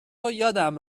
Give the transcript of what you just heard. یادم